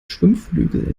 schwimmflügeln